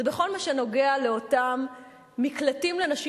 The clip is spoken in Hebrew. זה בכל מה שקשור לאותם מקלטים לנשים